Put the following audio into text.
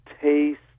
taste